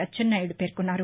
అచ్చెంనాయుడు పేర్కొన్నారు